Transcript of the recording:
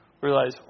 realize